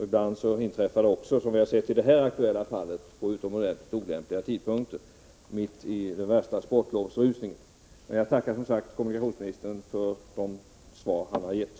Ibland inträffar sådana här störningar vid utomordentligt olämpliga tidpunkter — t.ex., som i det här aktuella fallet, mitt i sportlovsrusningen. Jag tackar, som sagt, kommunikationsministern för de svar han har gett.